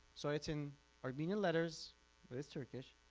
so it's in armenian letters but it's turkish.